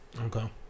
Okay